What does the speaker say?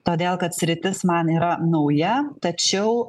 todėl kad sritis man yra nauja tačiau